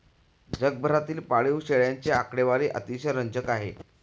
जगभरातील पाळीव शेळ्यांची आकडेवारी अतिशय रंजक आहे